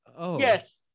Yes